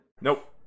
Nope